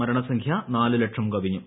മരണസംഖ്യ നാലുലക്ഷം കവിഞ്ഞു